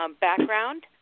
background